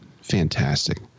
fantastic